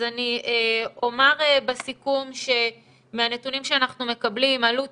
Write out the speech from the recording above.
אז אני אומר בסיכום שמהנתונים שאנחנו מקבלים עלות